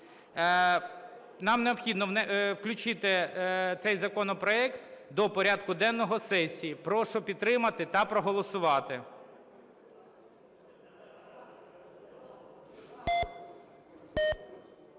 Нам необхідно включити цей законопроект до порядку денного сесії. Прошу підтримати та проголосувати.